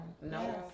No